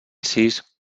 sis